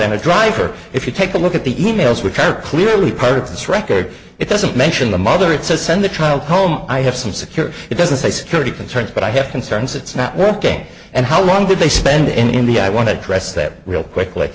then a driver if you take a look at the e mails which are clearly part of this record it doesn't mention the mother it says send the child home i have some security it doesn't say security concerns but i have concerns it's not working and how long did they spend in india i want to address that real quickly